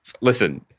listen